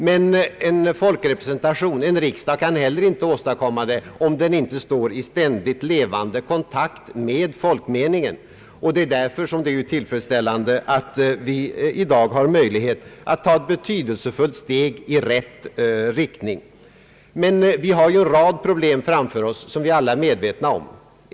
Men en folkrepresentation, en riksdag, kan inte heller åstadkomma detta, om den inte står i ständigt levande kontakt med folkmeningen. Det är därför tillfredsställande att vi i dag har möjlighet att ta ett betydelsefullt steg i rätt riktning. Vi har dock en rad problem framför oss, som vi alla är medvetna om.